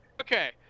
Okay